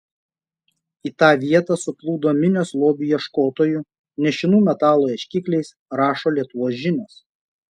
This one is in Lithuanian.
į tą vietą suplūdo minios lobių ieškotojų nešinų metalo ieškikliais rašo lietuvos žinios